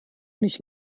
nicht